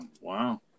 Wow